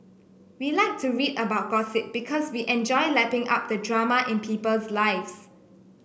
we like to read about gossip because we enjoy lapping up the drama in people's lives